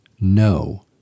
no